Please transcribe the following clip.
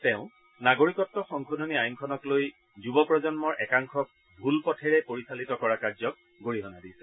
তেওঁ নাগৰিকত্ব সংশোধনী আইনখনক লৈ যুৱ প্ৰজন্মৰ একাংশক ভুল পথেৰে পৰিচালিত কৰা কাৰ্যক গৰিহণা দিছে